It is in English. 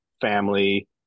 family